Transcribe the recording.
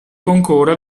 concorre